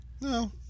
No